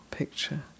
Picture